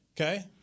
Okay